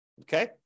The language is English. Okay